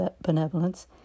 benevolence